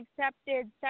accepted